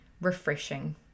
refreshing